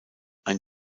ein